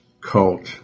cult